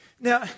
Now